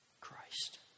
Christ